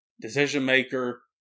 decision-maker